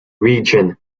region